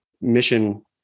mission